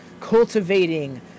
cultivating